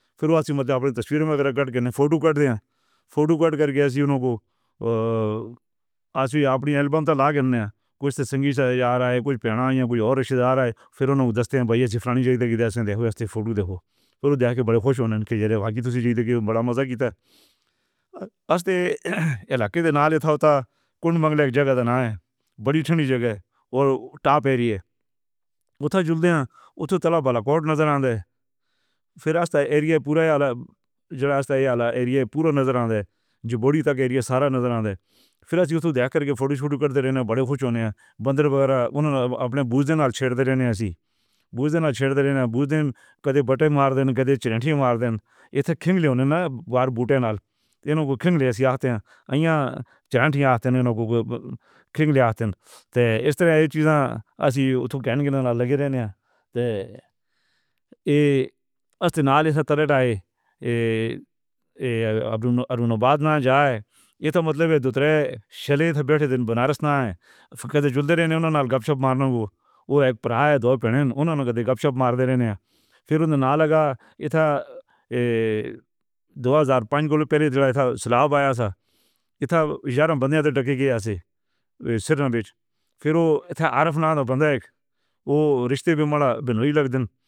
پھر بعد وچ اپݨے تصویراں وچ فوٹو کٹ ݙتا۔ فوٹو کٹ کر کے ایہو جئیں کوئی تاں سنگیت آندا ہے، کوئی کوئی تے رشتے دار آندے ہن۔ پھر اوہݙے آکھدن 'بھرا سیفری ݙیکھو، ایویں فوٹو ݙیکھو تاں جا کے وݙے خوش تھیندے۔ باقی تاں وݙا مزہ گیتا ہے۔' وݙی ٹھنڈی جاہ تے ٹاپ ایریا، پھر ایہو جیئاں ایریا پورا نظر آ ویندا ہے جو تائیں ایریا سارا نظر آ ویندا ہے۔ پھر؟ بندر وغیرہ۔ اوہݙے اپݨے 'بُجھݨ' تے چھیڑتے رہوݨ، ایویں بُجھݨ تے چھیڑتے رہوݨ۔ 'بُجھݨ گدھے بٹن مار ݙے، گدھے چِرن٘ٹھی مار ݙے۔' اے اے اے ارونو! بعد وچ نہ جاوے، ایہ تاں مطلب ہے ݙوجھے شہر ہی ہن، پتر بنارس نہ آوے، گپ شپ مار نہ! اوہ اوہ پراے، اوہݙے آکھدن 'گپ شپ مار ݙے رے!' پھر اوہݙے نہ لڳا۔ دوہزار۔"